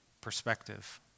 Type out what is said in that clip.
perspective